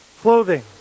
clothing